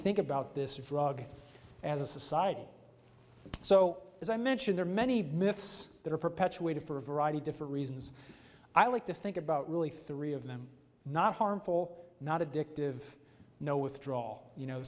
think about this drug as a society so as i mentioned there are many myths that are perpetuated for a variety of different reasons i like to think about really three of them not harmful not addictive no withdraw all you know